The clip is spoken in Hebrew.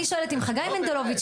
אם חגי מנדלוביץ',